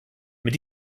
mit